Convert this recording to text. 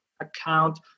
account